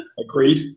Agreed